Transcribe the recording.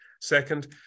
second